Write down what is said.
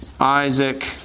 Isaac